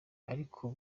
ariko